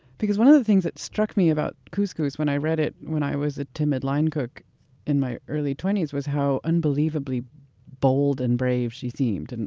because one of the things that struck me about couscous when i read it when i was a timid line cook in my early twenty s was how unbelievably bold and brave she seemed. and